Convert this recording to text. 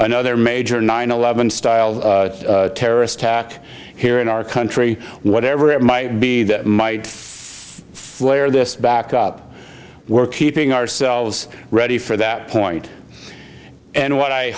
another major nine eleven style terrorist attack here in our country whatever it might be that might flare this back up we're keeping ourselves ready for that point and what i